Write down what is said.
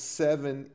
seven